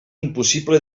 impossible